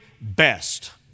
best